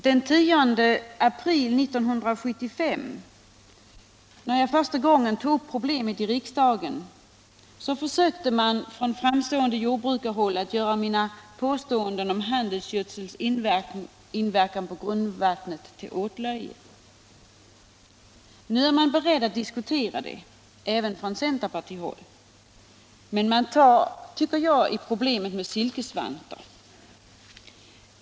Den 10 april 1975, när jag första gången tog upp problemet i riksdagen, försökte man från framstående jordbrukarhåll göra mina påståenden om handelsgödsels inverkan på grundvattnet till åtlöje. Nu är man beredd att diskutera dem, även från centerpartihåll, men jag tycker att man tar i problemet med silkesvantar.